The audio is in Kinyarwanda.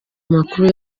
amakuru